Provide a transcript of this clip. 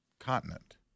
continent